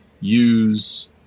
use